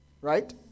Right